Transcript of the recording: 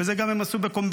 ואת זה הם גם עשו בקומבינה,